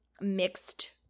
mixed